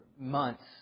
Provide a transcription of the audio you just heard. months